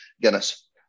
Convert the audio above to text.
Guinness